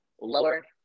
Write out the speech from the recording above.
lower